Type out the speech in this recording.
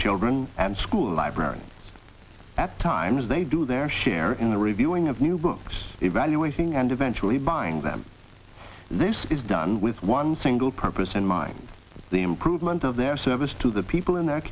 children and school librarian at times they do their share in the reviewing of new books evaluating and eventually buying them this is done with one single purpose in mind the improvement of their service to the people in th